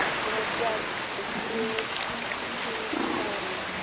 nor dread the spear's keen fang,